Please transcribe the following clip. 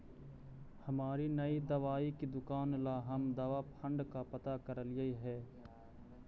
हमारी नई दवाई की दुकान ला हम दवा फण्ड का पता करलियई हे